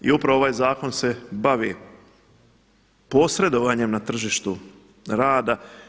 I upravo ovaj zakon se bavi posredovanjem na tržištu rada.